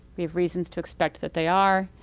we have reasons to expect that they are,